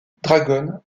dragon